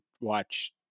watch